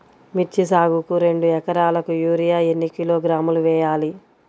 మిర్చి సాగుకు రెండు ఏకరాలకు యూరియా ఏన్ని కిలోగ్రాములు వేయాలి?